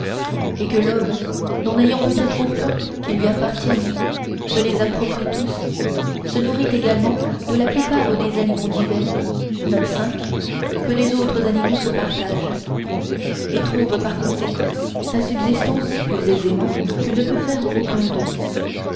et que l'homme n'en ayant peut-être aucun qui lui appartienne se les approprie tous se nourrit également de la plupart des aliments divers que les autres animaux se partagent et trouve par conséquent sa subsistance plus aisément que ne peut faire aucun d'eux